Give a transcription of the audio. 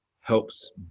helps